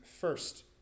first